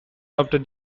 after